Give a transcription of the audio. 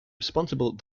responsible